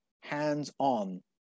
hands-on